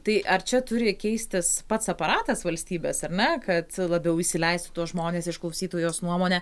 tai ar čia turi keistis pats aparatas valstybės ar ne kad labiau įsileist tuos žmones išklausytų jos nuomonę